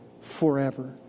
forever